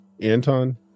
Anton